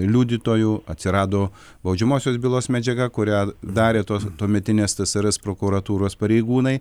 liudytojų atsirado baudžiamosios bylos medžiaga kurią darė tos tuometinės tsrs prokuratūros pareigūnai